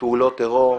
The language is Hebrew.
בפעולות טרור.